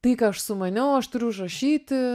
tai ką aš sumaniau aš turiu užrašyti